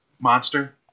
monster